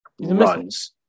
runs